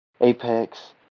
apex